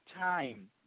time